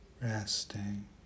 Resting